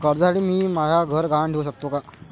कर्जसाठी मी म्हाय घर गहान ठेवू सकतो का